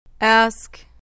Ask